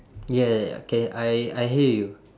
ya ya ya K I I hear you